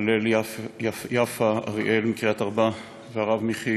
הלל יפה אריאל מקריית-ארבע, ושל הרב מיכי